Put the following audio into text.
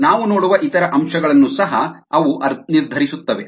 ನಾವು ನೋಡುವ ಇತರ ಅಂಶಗಳನ್ನು ಸಹ ಅವು ನಿರ್ಧರಿಸುತ್ತವೆ